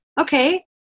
okay